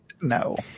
no